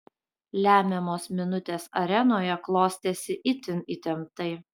lemiamos minutės arenoje klostėsi itin įtemptai